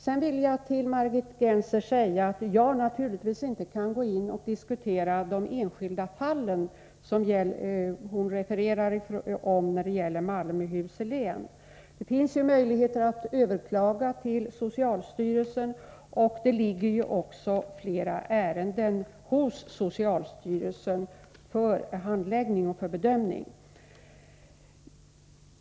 Jag vill till Margit Gennser säga att jag naturligtvis inte kan gå in och diskutera de enskilda fall som Margit Gennser refererar när det gäller Malmöhus län. Det finns möjligheter att överklaga till socialstyrelsen, och det ligger också flera sådana ärenden hos socialstyrelsen för handläggning och bedömning.